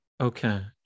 okay